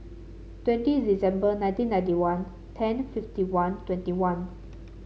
twenty December nineteen ninety one ten fifty one twenty one